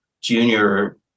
junior